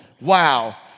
Wow